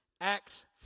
Acts